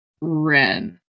Ren